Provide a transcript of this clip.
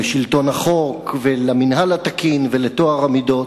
שלטון החוק ועל המינהל התקין ועל טוהר המידות,